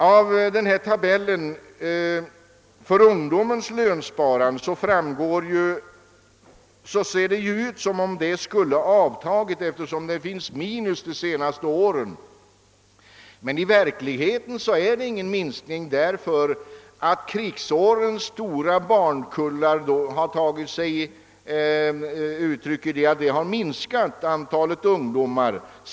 Av tabellen över ungdomens lönsparande förefaller det som om detta sparande skulle ha avtagit, eftersom man för det senaste året redovisar en minuspost i kolumnen över ökningen av behållningen i förhållande till tidigare år. I verkligheten är det emellertid inte fråga om någon minskning, eftersom siffrorna tidigare påverkades av krigsårens stora barnkullar.